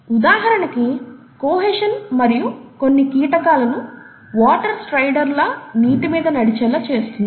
ఉదాహరణకి కొహెషన్ మరియు కొన్ని కీటకాలను వాటర్ స్ట్రైడర్ లా నీటి మీద నడిచేలా చేస్తుంది